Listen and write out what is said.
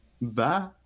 Bye